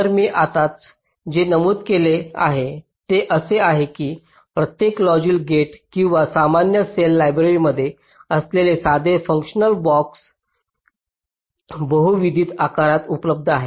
तर मी आत्ताच जे नमूद केले आहे ते असे आहे की प्रत्येक लॉजिक गेट किंवा सामान्य सेल लायब्ररीमध्ये असलेले साधे फंक्शनल ब्लॉक्स बहुविध आकारात उपलब्ध आहेत